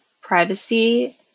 privacy